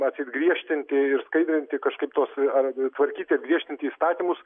matyt griežtinti ir skaidrinti kažkaip tuos ar tvarkyti ar griežtinti įstatymus